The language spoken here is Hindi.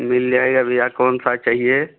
मिल जाएगा भैया कौन सा चाहिए